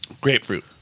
Grapefruit